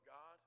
God